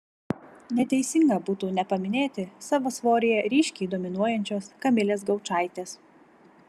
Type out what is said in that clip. neteisinga būtų nepaminėti savo svoryje ryškiai dominuojančios kamilės gaučaitės